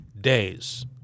days